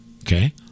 okay